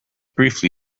briefly